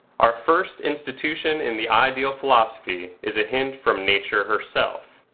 our first institution in the ideal philosophy is a hint from nature herself.